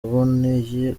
aboneye